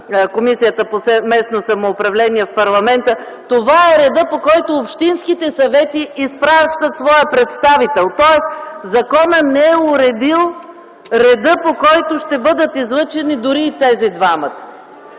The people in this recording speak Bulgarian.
Комисията по местно самоуправление в парламента – това е редът, по който общинските съвети изпращат своя представител, тоест законът не е уредил редът, по който ще бъдат излъчени дори и тези двамата.